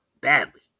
badly